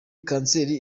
kanseri